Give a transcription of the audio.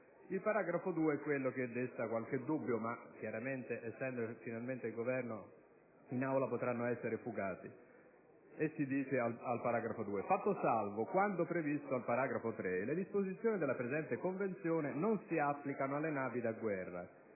Il paragrafo 2 è quello che desta qualche dubbio che, essendo finalmente il Governo in Aula, potrà essere fugato. In esso si dice: «Fatto salvo quanto previsto al paragrafo 3, le disposizioni della presente Convenzione non si applicano alle navi da guerra,